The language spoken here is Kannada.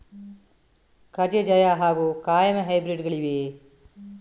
ಕಜೆ ಜಯ ಹಾಗೂ ಕಾಯಮೆ ಹೈಬ್ರಿಡ್ ಗಳಿವೆಯೇ?